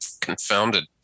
confounded